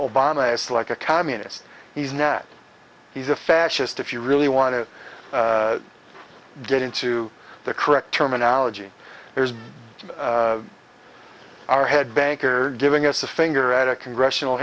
obama as like a communist he's now that he's a fascist if you really want to get into the correct terminology here's our head banker giving us the finger at a congressional